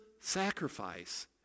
sacrifice